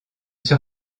sur